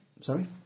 sorry